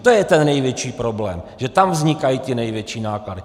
To je ten největší problém, že tam vznikají ty největší náklady.